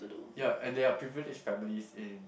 ya and there are privileged families in